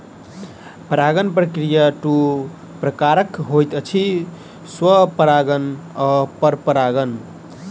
परागण प्रक्रिया दू प्रकारक होइत अछि, स्वपरागण आ परपरागण